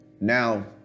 now